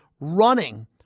running